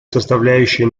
составляющей